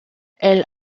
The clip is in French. elle